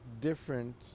different